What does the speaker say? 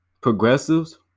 Progressives